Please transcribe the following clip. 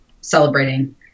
celebrating